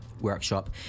workshop